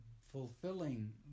fulfilling